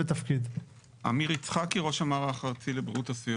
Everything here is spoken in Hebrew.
אם עברו 11 שנים,